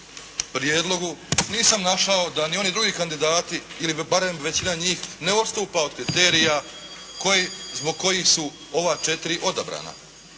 prijedlogu nisam našao da ni oni drugi kandidati ili barem većina njih ne odstupa od kriterija zbog kojih su ova četiri odabrana.